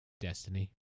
destiny